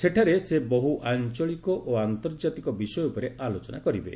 ସେଠାରେ ସେ ବହ୍ର ଆଞ୍ଚଳିକ ଓ ଆନ୍ତର୍ଜାତିକ ବିଷୟ ଉପରେ ଆଲୋଚନା କରିବେ